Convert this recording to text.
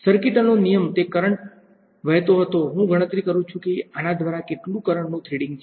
circuital નો નિયમ તે કરંટ વહેતો હતો હું ગણતરી કરું છું કે આના દ્વારા કેટલું કરંટનુ થ્રેડિંગ છે